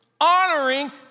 honoring